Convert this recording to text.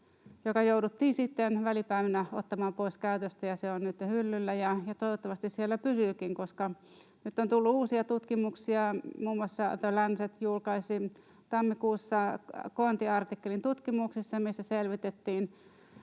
joka jouduttiin sitten välipäivinä ottamaan pois käytöstä. Se on nyt hyllyllä ja toivottavasti siellä pysyykin, koska nyt on tullut uusia tutkimuksia. Muun muassa The Lancet julkaisi tammikuussa koontiartikkelin tutkimuksesta, missä selvitettiin